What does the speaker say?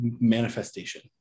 manifestation